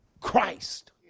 Christ